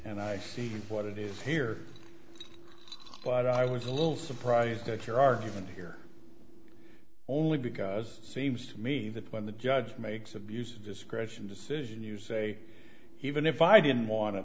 and i see what it is here but i was a little surprised at your argument here only because it seems to me that when the judge makes abuse of discretion decision you say even if i didn't wan